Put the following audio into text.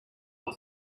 are